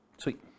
Sweet